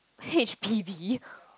H_P_B